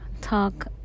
talk